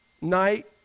night